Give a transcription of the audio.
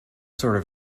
sort